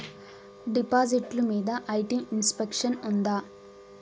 డిపాజిట్లు మీద IT exemption ఉందా?